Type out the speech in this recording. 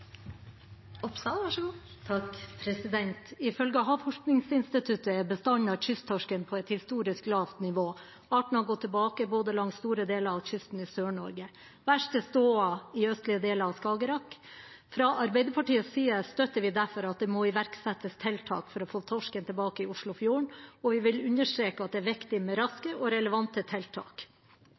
bestanden av kysttorsken på et historisk lavt nivå. Arten har gått tilbake langs store deler av kysten i Sør-Norge. Verst er tilstanden i østlige deler av Skagerrak. Fra Arbeiderpartiets side støtter vi derfor at det må iverksettes tiltak for å få torsken tilbake i Oslofjorden, og vi vil understreke at det er viktig med raske og relevante tiltak.